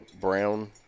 brown